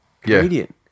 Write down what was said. comedian